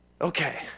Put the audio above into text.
Okay